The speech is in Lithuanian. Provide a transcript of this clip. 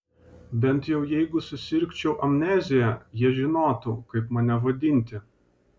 bent jau jeigu susirgčiau amnezija jie žinotų kaip mane vadinti